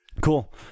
Cool